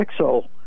Pixel